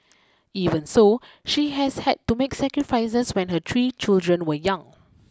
even so she has had to make sacrifices when her three children were young